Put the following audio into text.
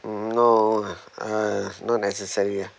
hmm no lah uh not necessary ah